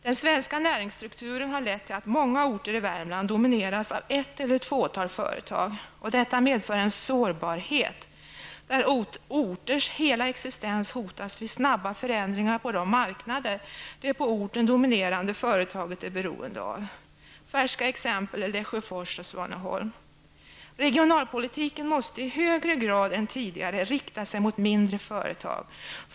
Den svenska näringsstrukturen har lett till att många orter i Värmland domineras av ett eller ett fåtal företag. Detta medför en sårbarhet, där orters hela existens hotas vid snabba förändringar på de marknader det på orten dominerande företaget är beroende av. Färskt exempel är Lesjöfors och Regionalpolitiken måste i högre grad än tidigare rikta sig mot mindre företag.